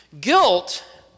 Guilt